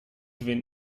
wenn